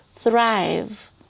Thrive